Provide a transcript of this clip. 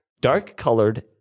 Dark-colored